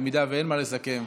אם אין מה לסכם,